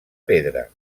pedra